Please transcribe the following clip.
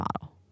model